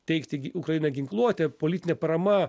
teikti į ukrainą ginkluotę politinė parama